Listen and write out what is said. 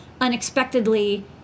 unexpectedly